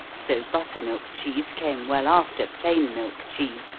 so buttermilk cheese came well after plain milk cheese,